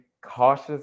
cautious